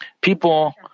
People